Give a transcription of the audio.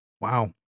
Wow